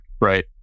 Right